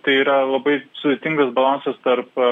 tai yra labai sudėtingas balansas tarp